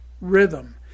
rhythm